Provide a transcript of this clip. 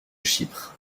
chypre